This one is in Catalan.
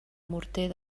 morter